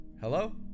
Hello